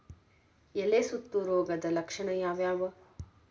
ಎಲೆ ಸುತ್ತು ರೋಗದ ಲಕ್ಷಣ ಯಾವ್ಯಾವ್?